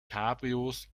cabrios